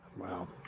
Wow